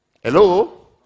hello